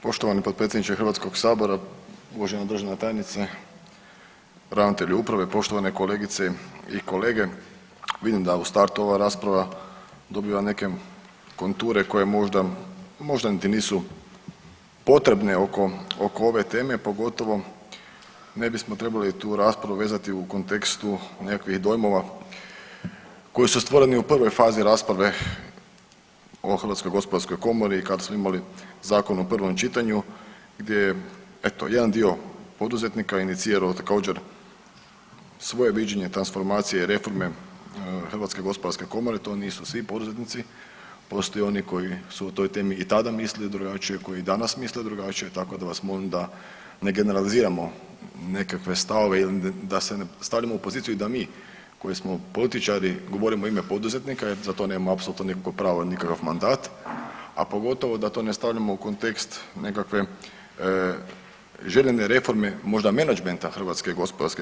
Poštovani potpredsjedniče Hrvatskog sabora, uvažena državna tajnice, ravnatelju uprave, poštovane kolegice i kolege, vidim da u startu ova rasprava dobiva neke konture koje možda, možda niti nisu potrebne oko oko ove teme pogotovo ne bismo trebali tu raspravu vezati u kontekstu nekakvih dojmova koji su stvoreni u prvoj fazi rasprave o HGK kada smo imali zakon u prvom čitanju gdje je eto jedan dio poduzetnika inicirao također svoje viđenje transformacije i reforme HGK, to nisu svi poduzetnici postoje oni koji su o toj temi i tada mislili drugačije koji i danas misle drugačije tako da vas molim da ne generaliziramo neke festale ili da se ne stavljamo u poziciju da mi koji smo političari govorimo u ime poduzetnika jer za to nemamo apsolutno nikakvo pravo i nikakav mandat, a pogotovo da to ne stavljamo u kontekst nekakve željene reforme možda menadžmenta HGK.